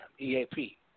EAP